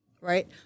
right